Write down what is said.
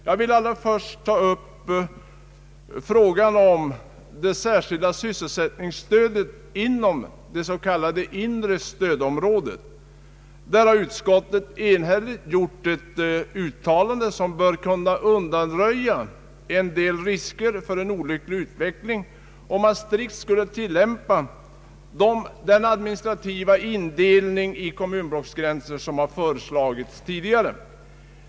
Jag vill först ta upp frågan om det särskilda sysselsättningsstödet inom det s.k. inre stödområdet. Där har utskottet enhälligt gjort ett uttalande, som bör kunna undanröja en del risker för en olycklig utveckling, om man strikt skulle tillämpa den administrativa indelning efter kommunblocksgränser, som föreslagits.